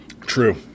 True